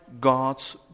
God's